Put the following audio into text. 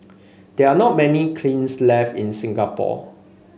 there are not many kilns left in Singapore